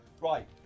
right